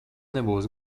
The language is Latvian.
nebūs